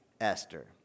Esther